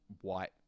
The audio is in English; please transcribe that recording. white